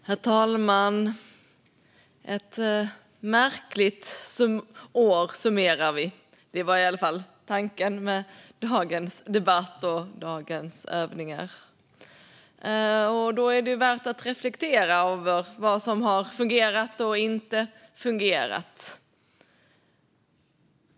Herr talman! Vi summerar ett märkligt år. Det var i alla fall tanken med dagens debatt och dagens övningar. Då är det värt att reflektera över vad som har fungerat och inte fungerat.